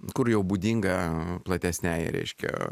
kur jau būdinga platesnei reiškia